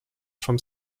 from